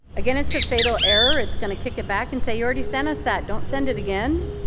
again it's a fatal error. it's going to kick it back and say you already sent us that. don't send it again.